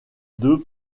deux